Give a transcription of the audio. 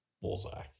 bullseye